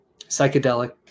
psychedelic